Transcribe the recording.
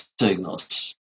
signals